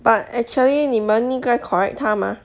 but actually 你们应该 correct 他 mah